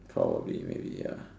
probably maybe ya